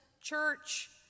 church